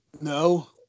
No